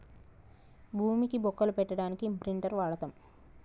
భూమికి బొక్కలు పెట్టడానికి ఇంప్రింటర్ వాడతం